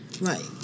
Right